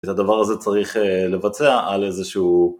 ואת הדבר הזה צריך לבצע על איזשהו...